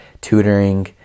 tutoring